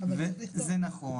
אבל זה ילך לפי ההצעה שהצעתם.